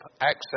access